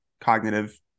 cognitive